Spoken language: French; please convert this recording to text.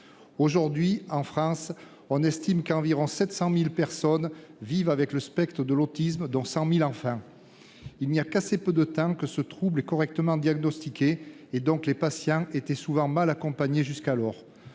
Aujourd'hui, en France, on estime qu'environ 700 000 personnes vivent avec le spectre de l'autisme, dont 100 000 enfants. Il n'y a qu'assez peu de temps que ce trouble est correctement diagnostiqué. Par conséquent, les patients étaient souvent mal accompagnés jusqu'alors.